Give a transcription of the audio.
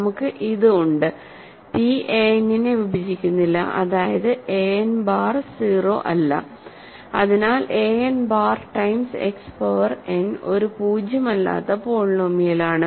നമുക്ക് ഇത് ഉണ്ട് p an നെ വിഭജിക്കുന്നില്ല അതായത് an ബാർ 0 അല്ല അതിനാൽ an bar times x power n ഒരു പൂജ്യമല്ലാത്ത പോളിനോമിയലാണ്